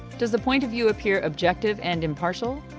does the point of view appear objective and impartial?